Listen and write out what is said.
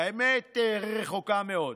האמת רחוקה מאוד: